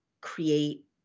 create